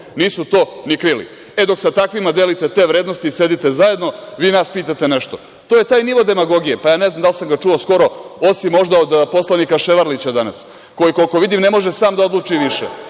nisu to ni krili.E, dok sa takvima delite te vrednosti i sedite zajedno, vi nas pitate nešto. To je taj nivo demagogije. Pa, ja ne znam da li sam ga čuo skoro, osim možda od poslanika Ševarlića danas, koji, koliko vidim, ne može sam da odluči više